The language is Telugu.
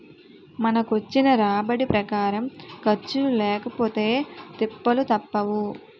మనకొచ్చిన రాబడి ప్రకారం ఖర్చులు లేకపొతే తిప్పలు తప్పవు